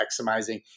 maximizing